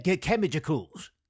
chemicals